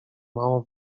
mało